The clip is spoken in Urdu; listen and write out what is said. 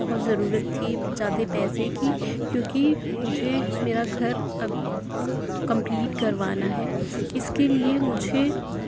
بہت ضرورت تھی زیادہ پیسے کی کیونکہ مجھے میرا گھر اب کمپلیٹ کروانا ہے اس کے لیے مجھے